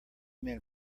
men